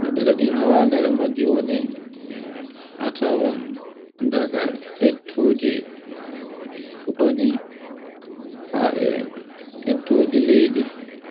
no di wadira majji woni, a tawai daga ittoji fuɗoni fae ettoje leydi.